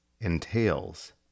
entails